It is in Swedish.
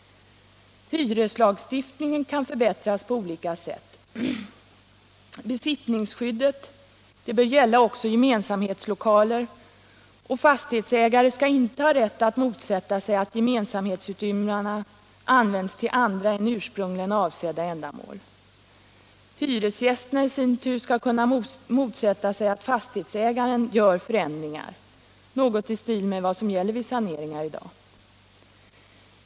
Hyreslagstiftningen kan förbättras på olika sätt. Besittningsskyddet bör gälla också gemensamhetslokaler, och fastighetsägare skall inte ha rätt att motsätta sig att gemensamhetsutrymmena används till andra än ursprungligen avsedda ändamål. Hyresgästerna i sin tur skall kunna motsätta sig att fastighetsägaren gör förändringar — något i stil med vad som gäller vid saneringar i dag.